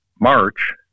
March